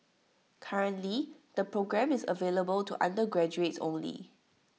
currently the programme is available to undergraduates only